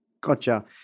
Gotcha